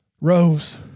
Rose